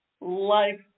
life